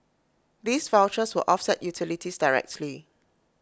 these vouchers will offset utilities directly